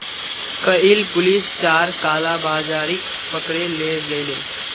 कइल पुलिस चार कालाबाजारिक पकड़े ले गेले